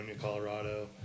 Colorado